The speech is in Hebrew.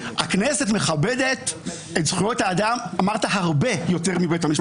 הכנסת מכבדת את זכויות אדם אמרת הרבה יותר מבית המשפט.